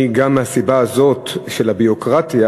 אני גם מהסיבה הזאת של הביורוקרטיה,